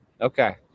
Okay